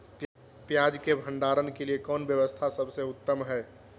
पियाज़ के भंडारण के लिए कौन व्यवस्था सबसे उत्तम है?